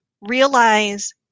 realize